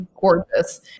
gorgeous